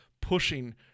pushing